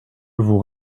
vous